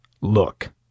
Look